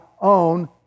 own